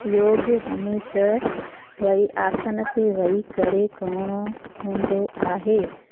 योग हमेशह वेही आसन ते वेही करे करिणो हूंदो आहे